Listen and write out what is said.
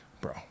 Bro